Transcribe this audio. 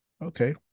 Okay